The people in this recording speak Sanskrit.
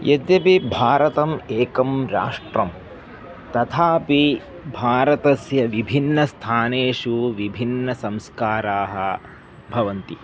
यद्यपि भारतम् एकं राष्ट्रं तथापि भारतस्य विभिन्नस्थानेषु विभिन्नसंस्काराः भवन्ति